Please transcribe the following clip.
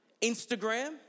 Instagram